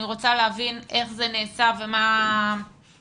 אני רוצה להבין איך זה נעשה ומה הקריטריונים